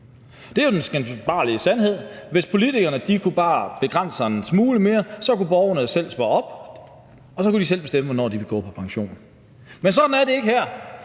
Det er jo den skinbarlige sandhed. Hvis bare politikerne kunne begrænse sig en smule mere, kunne borgerne selv spare op, og så kunne de selv bestemme, hvornår de kunne gå på pension. Men sådan er det ikke her.